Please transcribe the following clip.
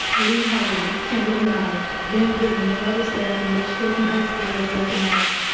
lee holland, kimberly nye, ben goodman, and other staff and which hilton high school has recognized.